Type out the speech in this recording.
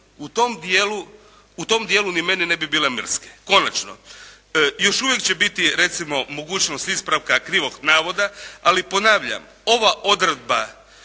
u tom dijelu ni meni ne bi bile mrske. Konačno, još uvijek će biti mogućnost ispravka krivog navoda ali ponavljam ova odredba